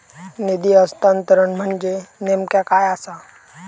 निधी हस्तांतरण म्हणजे नेमक्या काय आसा?